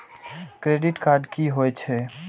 Credit card की होई छै?